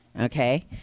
okay